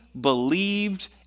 believed